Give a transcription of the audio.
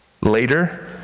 Later